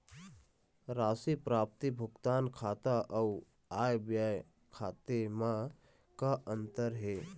राशि प्राप्ति भुगतान खाता अऊ आय व्यय खाते म का अंतर हे?